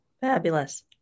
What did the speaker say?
Fabulous